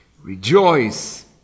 Rejoice